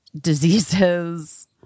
diseases